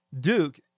Duke